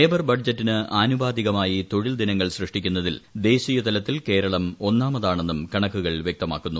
labour ബഡ്ജറ്റിന് ആനുപാതികമായി തൊഴിൽദിനങ്ങൾ സൃഷ്ടിക്കുന്നതിൽ ദേശീയതലത്തിൽ കേരളം ഒന്നാമതാണെന്നും കണക്കുകൾ വ്യക്തമാക്കുന്നു